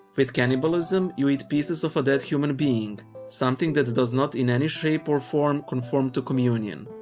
with cannibalism, you eat pieces of a dead human being something that does not in any shape or form conform to communion.